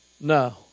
No